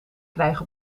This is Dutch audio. krijgen